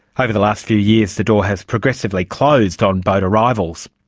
over the last few years the door has progressively closed on boat arrivals.